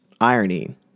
irony